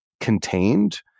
contained